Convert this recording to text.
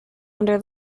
under